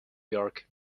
york